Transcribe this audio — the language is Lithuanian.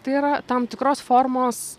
tai yra tam tikros formos